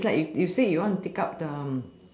it's like you you say you want to take up the